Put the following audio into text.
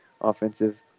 offensive